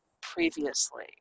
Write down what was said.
previously